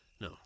No